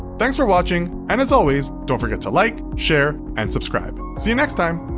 thanks for watching, and as always, don't forget to like, share and subscribe. see you next time.